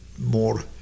more